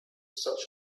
such